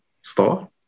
store